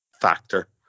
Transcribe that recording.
factor